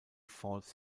falls